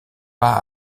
pas